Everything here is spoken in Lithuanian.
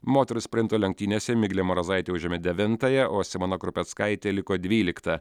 moterų sprinto lenktynėse miglė marozaitė užėmė devintąją o simona krupeckaitė liko dvylikta